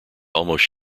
almost